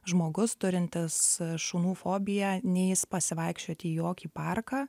žmogus turintis šunų fobiją neis pasivaikščioti į jokį parką